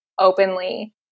openly